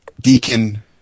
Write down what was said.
Deacon